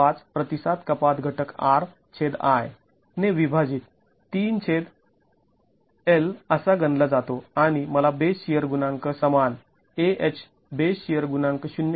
५ प्रतिसाद कपात घटक R छेद I ने विभाजित ३ छेद 1 असा गणला जातो आणि मला बेस शिअर गुणांक समान Ah बेस शिअर गुणांक ०